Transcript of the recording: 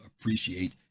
appreciate